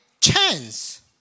chance